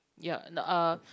ya uh